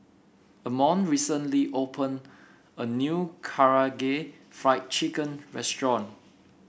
Amon recently opened a new Karaage Fried Chicken Restaurant